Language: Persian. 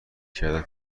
کردن